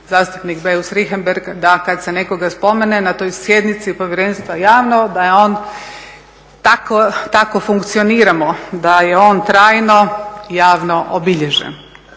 zastupnik Beus Richembergh da kad se nekoga spomene na toj sjednici povjerenstva javno da je on, tako funkcioniramo, da je on trajno javno obilježen